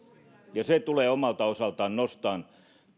se tulee omalta osaltaan nostamaan